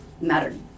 mattered